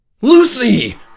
Lucy